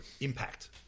impact